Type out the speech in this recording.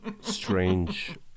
strange